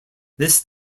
this